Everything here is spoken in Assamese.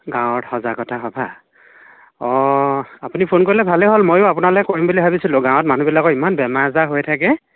গাঁৱত সজাগতা সভা অঁ আপুনি ফোন কৰিলে ভালে হ'ল ময়ো অপোনালৈ কৰিম ভাবিছিলোঁ গাঁৱত মানুহবিলাকৰ ইমান বেমাৰ আজাৰ হৈ থাকে